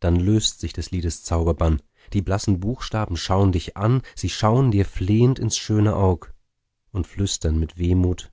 dann löst sich des liedes zauberbann die blassen buchstaben schaun dich an sie schauen dir flehend ins schöne aug und flüstern mit wehmut